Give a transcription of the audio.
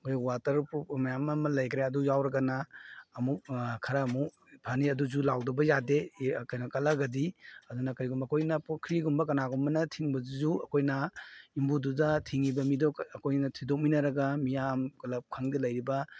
ꯑꯩꯈꯣꯏ ꯋꯥꯇꯔꯄ꯭ꯔꯨꯕ ꯃꯌꯥꯝ ꯑꯃ ꯂꯩꯒ꯭ꯔꯦ ꯑꯗꯨ ꯌꯥꯎꯔꯒꯅ ꯑꯃꯨꯛ ꯈꯔ ꯑꯃꯨꯛ ꯐꯅꯤ ꯑꯗꯨꯁꯨ ꯂꯥꯎꯗꯕ ꯌꯥꯗꯦ ꯀꯩꯅꯣ ꯀꯜꯂꯒꯗꯤ ꯑꯗꯨꯅ ꯀꯔꯤꯒꯨꯝꯕ ꯑꯩꯈꯣꯏꯅ ꯄꯨꯈ꯭ꯔꯤꯒꯨꯝꯕ ꯀꯅꯥꯒꯨꯝꯕꯅ ꯊꯤꯡꯕꯗꯨꯁꯨ ꯑꯩꯈꯣꯏꯅ ꯌꯨꯝꯕꯨꯗꯨꯗ ꯊꯤꯡꯏꯕ ꯃꯤꯗꯣ ꯑꯩꯈꯣꯏꯅ ꯊꯤꯗꯣꯛꯃꯤꯅꯔꯒ ꯃꯤꯌꯥꯝ ꯀ꯭ꯂꯕ ꯈꯪꯗꯦ ꯂꯩꯔꯤꯕ